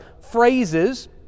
phrases